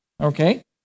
okay